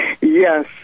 Yes